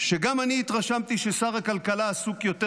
שגם אני התרשמתי ששר הכלכלה עסוק יותר